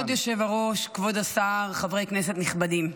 כבוד היושב-ראש, כבוד השר, חברי כנסת נכבדים,